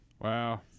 Wow